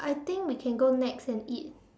I think we can go Nex and eat